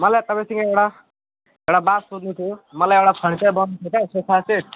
मलाई तपाईँसँग एउटा एउटा बात सोध्नु थियो मलाई एउटा फर्निचर बनाउनु छ त सोफा सेट